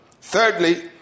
thirdly